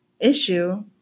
issue